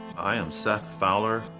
i am seth fowler,